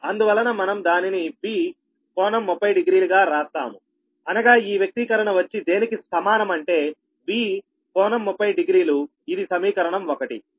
అందువలన మనం దానిని V∟300గా రాస్తాము అనగా ఈ వ్యక్తీకరణ వచ్చి దేనికి సమానం అంటే V∟300డిగ్రీలు ఇది సమీకరణం 1